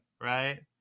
right